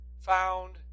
found